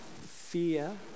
fear